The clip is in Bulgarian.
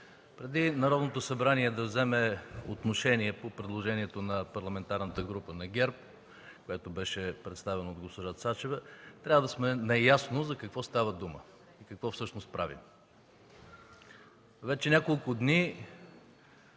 Преди Народното събрание да вземе отношение по предложението на Парламентарната група на ГЕРБ, което беше представено от госпожа Цачева, трябва да сме наясно за какво става дума, какво всъщност правим. Вече няколко дни